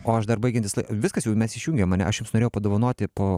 o aš dar baigiantis viskas jau mes išjungiam ane aš jums norėjau padovanoti po